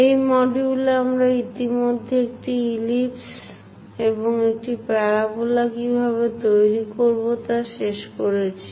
এই মডিউলে আমরা ইতিমধ্যে একটি ইলিপস এবং একটি প্যারাবোলা কীভাবে তৈরি করব তা শেষ করেছি